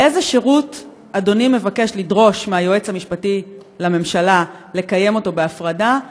איזה שירות אדוני מבקש לדרוש מהיועץ המשפטי לממשלה לקיים בהפרדה,